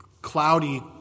cloudy